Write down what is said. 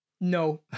No